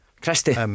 Christie